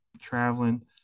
traveling